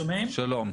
שלום.